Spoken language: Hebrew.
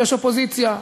יש אופוזיציה,